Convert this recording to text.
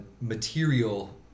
material